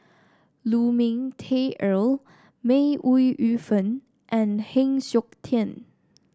Lu Ming Teh Earl May Ooi Yu Fen and Heng Siok Tian